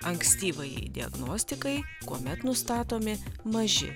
ankstyvajai diagnostikai kuomet nustatomi maži